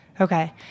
Okay